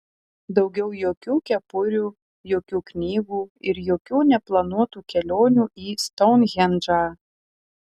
daugiau jokių kepurių jokių knygų ir jokių neplanuotų kelionių į stounhendžą